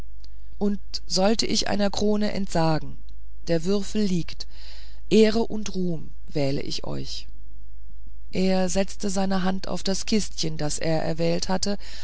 und sollte ich einer krone entsagen der würfel liegt ehre und ruhm ich wähle euch er setzte seine hand auf das kistchen das er erwählt hatte